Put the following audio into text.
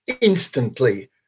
instantly